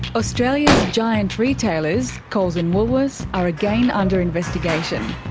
australia's giant retailers, coles and woolworths, are again under investigation.